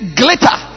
glitter